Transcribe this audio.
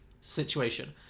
situation